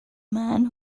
man